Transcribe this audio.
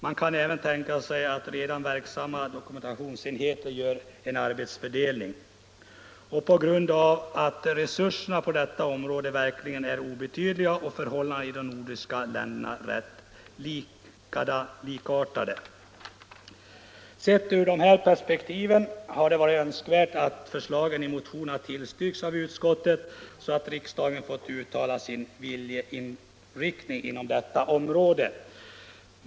Man kan även tänka sig att de redan verksamma dokumentationsenheterna gör en arbetsfördelning, på grund av att resurserna på detta område verkligen är obetydliga och förhållandena i de nordiska länderna rätt likartade.” Sett ur dessa perspektiv hade det varit önskvärt att förslagen i motionen hade tillstyrkts av utskottet, så att riksdagen fått uttala sin viljeinriktning inom detta område.